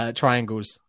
triangles